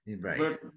Right